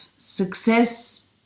success